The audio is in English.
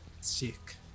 Sick